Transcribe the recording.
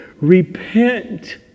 Repent